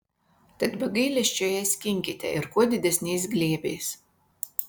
tad be gailesčio ją skinkite ir kuo didesniais glėbiais